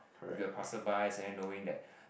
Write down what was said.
with the passerby and then knowing that